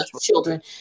children